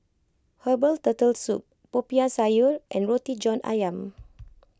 Herbal Turtle Soup Popiah Sayur and Roti John Ayam